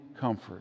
comfort